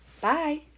Bye